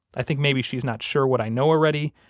i think maybe she's not sure what i know already,